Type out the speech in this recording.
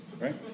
right